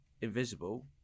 invisible